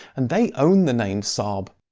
and they owned the name saab.